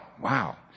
wow